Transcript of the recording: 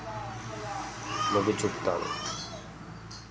మబ్బు చూపుతాను